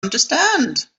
understand